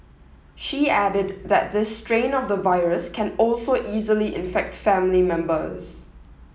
she added that this strain of the virus can also easily infect family members